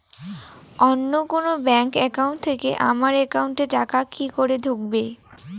অন্য কোনো bank account থেকে আমার একাউন্ট এ টাকা কি করে ঢুকবে?